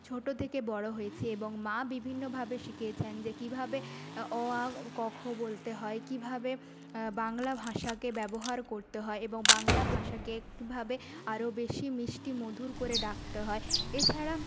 ছোটো থেকে বড়ো হয়েছি এবং মা বিভিন্নভাবে শিখেয়েছেন যে কীভাবে অ আ ক খ বলতে হয় কীভাবে বাংলা ভাষাকে ব্যবহার করতে হয় এবং বাংলা ভাষাকে কীভাবে আরো বেশি মিষ্টি মধুর করে ডাকতে হয় এছাড়া